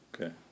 Okay